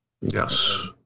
Yes